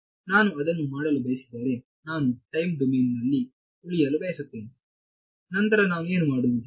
ನಾನು ಅದನ್ನು ಮಾಡಲು ಬಯಸದಿದ್ದರೆ ನಾನು ಟೈಮ್ ಡೊಮೇನ್ನಲ್ಲಿ ಉಳಿಯಲು ಬಯಸುತ್ತೇನೆ ನಂತರ ನಾನು ಏನು ಮಾಡುವುದು